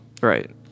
right